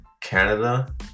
Canada